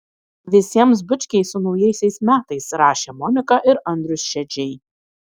visiems bučkiai su naujaisiais metais rašė monika ir andrius šedžiai